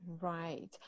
Right